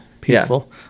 peaceful